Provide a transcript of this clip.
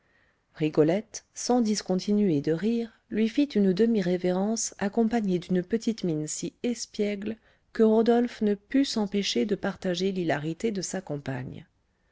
rigolette sans discontinuer de rire lui fit une demi révérence accompagnée d'une petite mine si espiègle que rodolphe ne put s'empêcher de partager l'hilarité de sa compagne